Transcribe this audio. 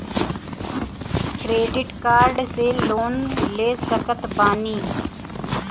Credit card से loan ले सकत बानी?